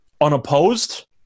unopposed